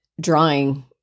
drawing